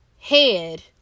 head